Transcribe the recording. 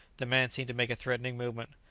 the man seemed to make a threatening movement.